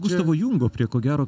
gustavo jungo prie ko gero